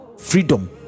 freedom